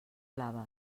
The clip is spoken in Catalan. blaves